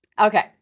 Okay